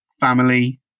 family